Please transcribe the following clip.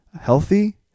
healthy